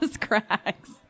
cracks